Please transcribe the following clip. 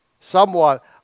somewhat